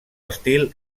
estil